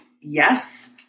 yes